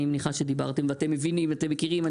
אני מניחה שדיברתם ואתם מבינים ומכירים,